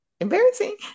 embarrassing